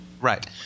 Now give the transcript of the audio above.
Right